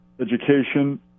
education